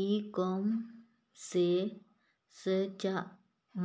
E कॉमर्सच्या